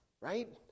Right